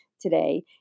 today